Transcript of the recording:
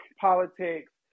politics